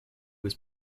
was